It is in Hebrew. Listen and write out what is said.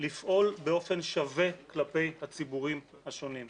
לפעול באופן שווה כלפי הציבורים השונים.